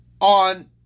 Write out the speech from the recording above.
on